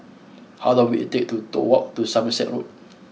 how long will it take to walk to Somerset Road